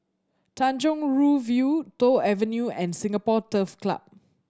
Tanjong Rhu View Toh Avenue and Singapore Turf Club